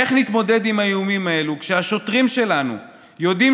איך נתמודד עם האיומים האלה כשהשוטרים שלנו יודעים